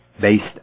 based